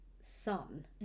son